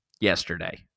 yesterday